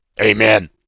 Amen